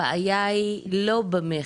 הבעיה היא לא במכר.